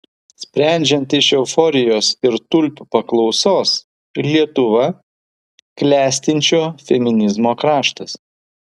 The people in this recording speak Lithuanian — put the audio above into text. sprendžiant iš euforijos ir tulpių paklausos lietuva klestinčio feminizmo kraštas